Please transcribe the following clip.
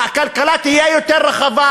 הכלכלה תהיה יותר רחבה,